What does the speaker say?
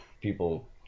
people